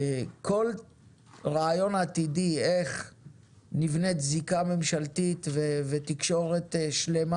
כל רעיון עתידי איך נבנית זיקה ממשלתית ותקשורת שלמה